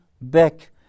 back